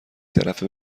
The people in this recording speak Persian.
طرفه